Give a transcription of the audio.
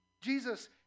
Jesus